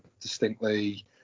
distinctly